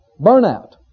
Burnout